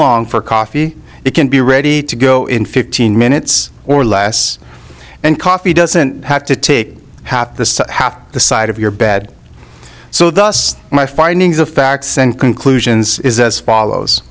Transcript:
long for coffee it can be ready to go in fifteen minutes or less and coffee doesn't have to take half the half the side of your bed so thus my findings of facts and conclusions is as follows